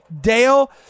Dale